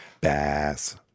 Bass